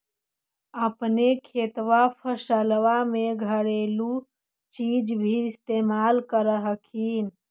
अपने खेतबा फसल्बा मे घरेलू चीज भी इस्तेमल कर हखिन?